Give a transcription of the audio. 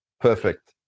perfect